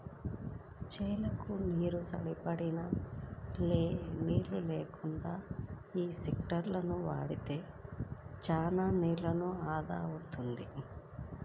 చేలకు సరిపడినన్ని నీళ్ళు లేనికాడ యీ స్పింకర్లను వాడితే చానా నీరు ఆదా అవుద్ది